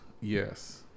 Yes